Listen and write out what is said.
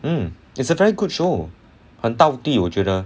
mm it's a very good show 很到地我觉得